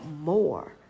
more